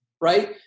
right